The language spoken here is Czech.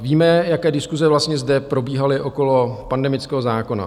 Víme, jaké diskuse vlastně zde probíhaly okolo pandemického zákona.